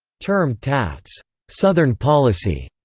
termed taft's southern policy,